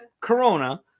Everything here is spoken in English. Corona